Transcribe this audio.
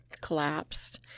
collapsed